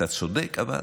אתה צודק, אבל